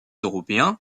européens